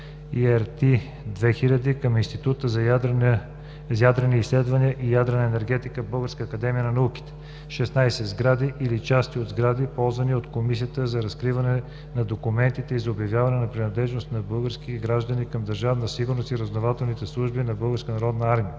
ИРТ - 2000“ към Института за ядрени изследвания и ядрена енергетика – Българска академия на науките; 16. Сгради или части от сгради, ползвани от Комисията за разкриване на документите и за обявяване на принадлежност на български граждани към Държавна сигурност и разузнавателните служби на